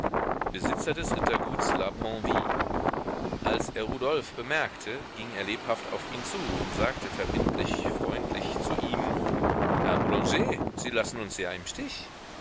besitzer des rittergutes la panville als er rudolf bemerkte ging er lebhaft auf ihn zu und sagte verbindlich freundlich zu ihm herr boulanger sie lassen uns ja im stich